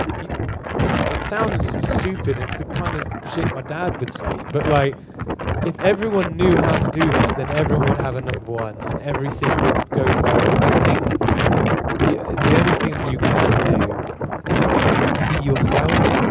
it sounds stupid. it's the kind of shit my dad would say. but like if everyone knew how to do that, then everyone would have a number one, and everything would go viral. i think the the only thing that you can do is is be yourself,